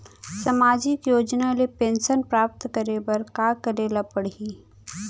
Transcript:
सामाजिक योजना ले पेंशन प्राप्त करे बर का का करे ल पड़ही?